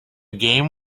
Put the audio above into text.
game